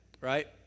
Right